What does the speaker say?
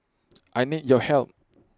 I need your help